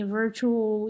virtual